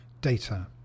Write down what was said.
data